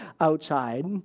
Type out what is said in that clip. outside